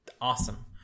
awesome